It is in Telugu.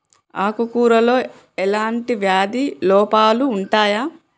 ఆకు కూరలో ఎలాంటి వ్యాధి లోపాలు ఉంటాయి?